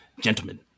gentlemen